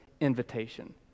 invitation